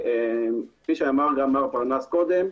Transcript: כפי שאמר מר פרנס קודם,